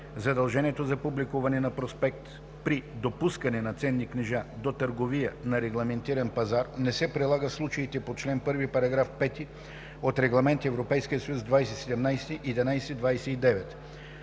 Задължението за публикуване на проспект при допускане на ценни книжа до търговия на регулиран пазар не се прилага в случаите по чл. 1, параграф 5 от Регламент (ЕС) 2017/1129.